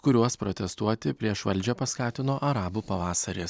kuriuos protestuoti prieš valdžią paskatino arabų pavasaris